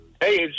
Hey